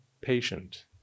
patient